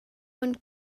und